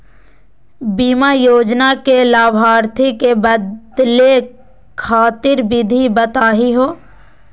बीमा योजना के लाभार्थी क बदले खातिर विधि बताही हो?